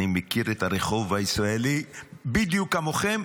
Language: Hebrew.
אני מכיר את הרחוב הישראלי בדיוק כמוכם,